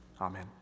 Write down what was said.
Amen